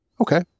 Okay